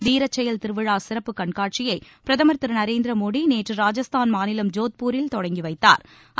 தீரச்செயல் திருவிழா சிறப்பு கண்காட்சியை பிரதமா் திரு நரேந்திர மோடி நேற்று ராஜஸ்தான் மாநிலம் ஜோத்பூரில் தொடங்கிவைத்தாா்